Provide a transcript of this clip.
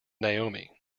naomi